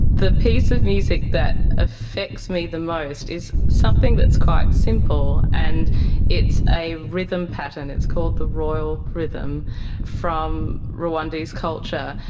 the piece of music that affects me the most is something that is quite simple, and it's a rhythm pattern, it's called the royal rhythm from rwandese culture.